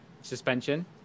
suspension